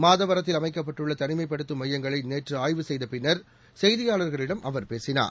மாதவரத்தில் அமைக்கப்பட்டுள்ள தனிமைப்படுத்தும் மையங்களை நேற்று ஆய்வு செய்த பின்னர் செய்தியாளர்களிடம் அவர் பேசினார்